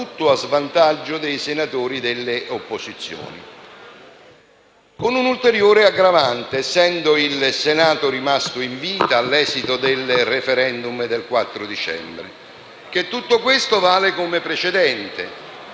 a svantaggio dei senatori delle opposizioni; con un'ulteriore aggravante, essendo il Senato rimasto in vita all'esito del *referendum* del 4 dicembre: che tutto questo vale come precedente.